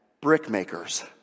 brickmakers